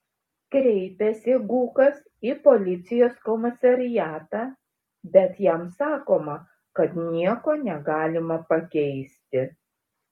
kreipiasi gūkas į policijos komisariatą bet jam sakoma kad nieko negalima pakeisti